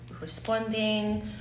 responding